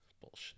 Bullshit